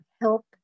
help